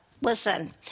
Listen